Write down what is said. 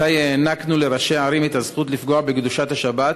מתי הענקנו לראשי הערים את הזכות לפגוע בקדושת השבת,